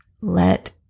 let